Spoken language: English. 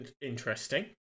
Interesting